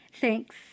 thanks